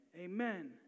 Amen